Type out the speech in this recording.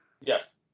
yes